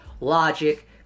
logic